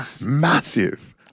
massive